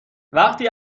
وقتی